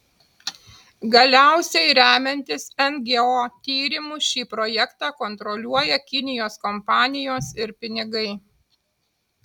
galiausiai remiantis ngo tyrimu šį projektą kontroliuoja kinijos kompanijos ir pinigai